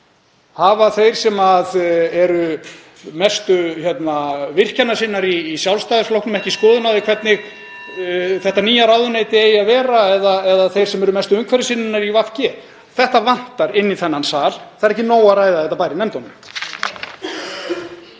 Hafa þeir sem eru mestu virkjunarsinnar í Sjálfstæðisflokknum ekki skoðun á því hvernig þetta nýja ráðuneyti (Forseti hringir.) eigi að vera eða þeir sem eru mestu umhverfissinnarnir í VG? Þetta vantar inn í þennan sal. Það er ekki nóg að ræða þetta bara í nefndunum.